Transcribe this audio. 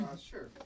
Sure